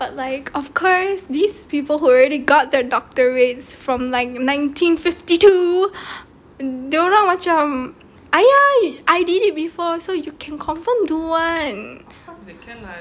but like of course these people who already got their doctorates from like nineteen fifty two dorang macam !aiya! I did it before you can confirm do [one]